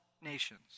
nations